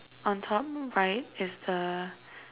on top right is the